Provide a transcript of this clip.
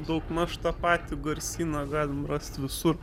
daugmaž tą patį garsyną galim rast visur